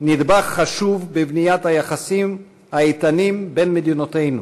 נדבך חשוב בבניית היחסים האיתנים בין מדינותינו,